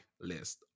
list